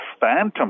phantom